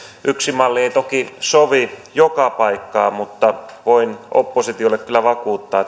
yksi malli ei toki sovi joka paikkaan mutta voin oppositiolle kyllä vakuuttaa